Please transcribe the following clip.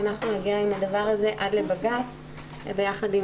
אנחנו נגיע עם הדבר הזה עד לבג"צ ביחד עם